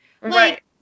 Right